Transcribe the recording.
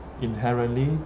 inherently